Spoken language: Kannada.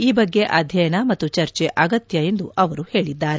ಈ ಬಗ್ಗೆ ಅಧ್ಯಯನ ಮತ್ತು ಚರ್ಚೆ ಅಗತ್ಯ ಎಂದು ಅವರು ಹೇಳಿದ್ದಾರೆ